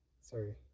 sorry